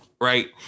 right